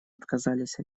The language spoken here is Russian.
отказались